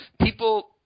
people